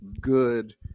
good